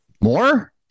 More